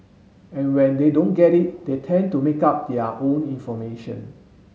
and when they don't get it they tend to make up their own information